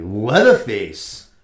Leatherface